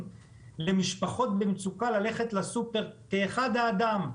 למשפחות במצוקה ללכת לסופר כאחד האדם?